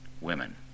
women